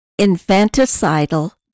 infanticidal